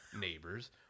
neighbors